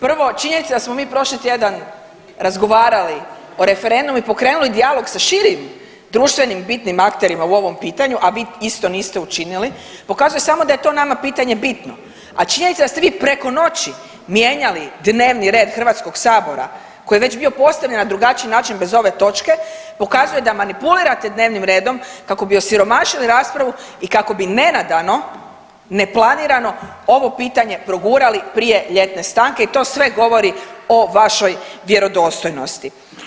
Prvo, činjenica je da smo mi prošli tjedan razgovarali o referendumu i pokrenuli dijalog sa širim društvenim bitnim akterima u ovom pitanju, a vi isto niste učinili, pokazuje samo da je to nama pitanje bitno, a činjenica da ste vi preko noći mijenjali dnevni red HS koji je već bio postavljen na drugačiji način bez ove točke pokazuje da manipulirate dnevnim redom kako bi osiromašili raspravu i kako bi nenadano i neplanirano ovo pitanje progurali prije ljetne stanke i to sve govori o vašoj vjerodostojnosti.